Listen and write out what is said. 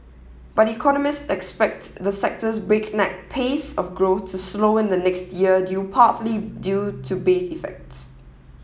but economist expect the sector's breakneck pace of growth to slow in the new year due partly due to base effects